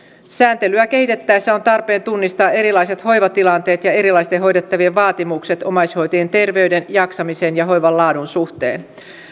säätelyä kehitettäessä on tarpeen tunnistaa erilaiset hoivatilanteet ja erilaisten hoidettavien vaatimukset omaishoitajien terveyden jaksamisen ja hoivan laadun suhteen